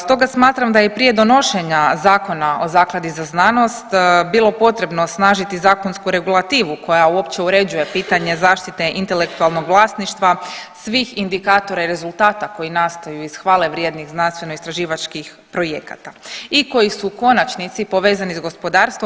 Stoga smatram da je i prije donošenja Zakona o zakladi za znanost bilo potrebno osnažiti zakonsku regulativu koja uopće uređuje pitanje zaštite intelektualnog vlasništva svih indikatora i rezultata koji nastaju iz hvalevrijednih znanstvenoistraživačkih projekata i koji su u konačnici povezani s gospodarstvom.